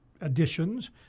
additions